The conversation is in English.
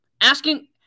Asking